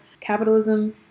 Capitalism